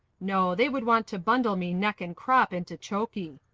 no. they would want to bundle me neck and crop into chokey.